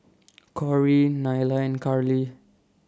Corry Nyla and Karly